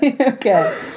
Okay